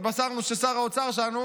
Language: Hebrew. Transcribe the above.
התבשרנו ששר האוצר שלנו